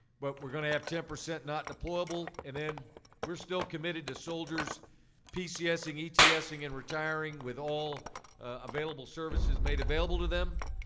but we're going to have ten percent not deployable and then we're still committing to soldiers pcsing, etsing and retiring with all available services made available to them.